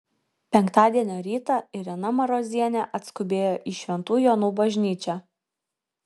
penktadienio rytą irena marozienė atskubėjo į šventų jonų bažnyčią